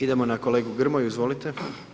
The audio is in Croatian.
Idemo na kolegu Grmoju, izvolite.